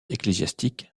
ecclésiastique